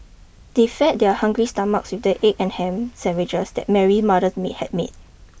they fed their hungry stomachs with the egg and ham sandwiches that Mary mothers may had made